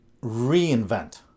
reinvent